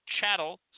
chattel